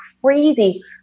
crazy